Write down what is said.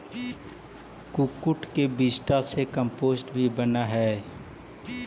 कुक्कुट के विष्ठा से कम्पोस्ट भी बनअ हई